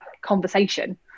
conversation